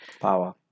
power